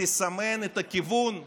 תסמן את הכיוון לממשלה.